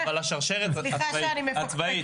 סליחה שאני מפקפקת.